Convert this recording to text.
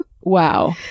Wow